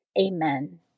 Amen